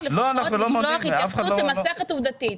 לפחות לשלוח התייחסות למסכת עובדתית.